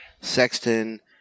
Sexton